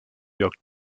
york